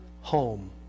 home